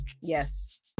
Yes